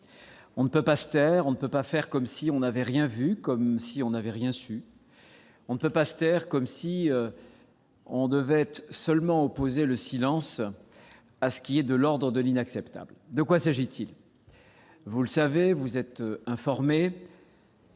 On ne peut pas se taire, on ne peut pas faire comme si on n'avait rien vu ni rien su. On ne peut pas se taire non plus comme si on devait seulement opposer le silence à ce qui est de l'ordre de l'inacceptable. De quoi s'agit-il ? Après la plainte de deux femmes